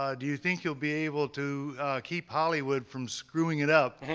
um do you think you'll be able to keep hollywood from screwing it up,